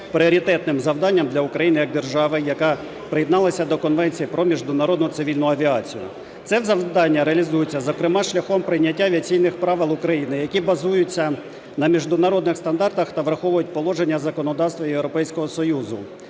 пріоритетним завданням для України як держави, яка приєдналась до Конвенції про міжнародну цивільну авіацію. Це завдання реалізується зокрема шляхом прийняттям Авіаційних правил України, які базуються на міжнародних стандартах та враховують положення законодавства Європейського Союзу.